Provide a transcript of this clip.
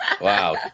Wow